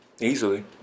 Easily